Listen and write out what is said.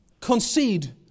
concede